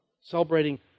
celebrating